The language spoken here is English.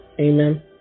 Amen